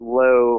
low